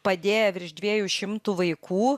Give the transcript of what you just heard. padėję virš dviejų šimtų vaikų